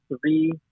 three